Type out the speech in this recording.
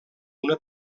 una